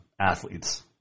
athletes